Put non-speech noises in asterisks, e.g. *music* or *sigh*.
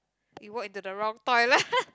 you walk into the wrong toilet *laughs*